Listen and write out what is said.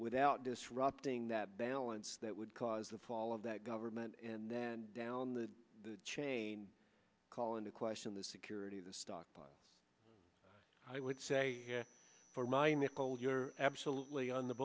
without disrupting that balance that would cause the fall of that government and then down the chain call into question the security of the stockpile i would say for my nickel you're absolutely on the